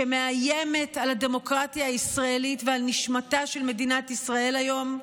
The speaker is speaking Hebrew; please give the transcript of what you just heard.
שמאיימת על הדמוקרטיה הישראלית ועל נשמתה של מדינת ישראל היום,